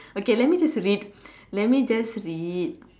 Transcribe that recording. okay let me just read let me just read